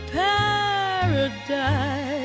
paradise